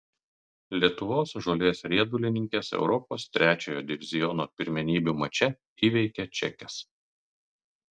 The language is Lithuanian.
lietuvos žolės riedulininkės europos trečiojo diviziono pirmenybių mače įveikė čekes